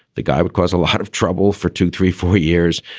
the guy would cause a lot of trouble for two, three, four years.